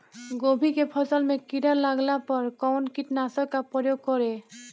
गोभी के फसल मे किड़ा लागला पर कउन कीटनाशक का प्रयोग करे?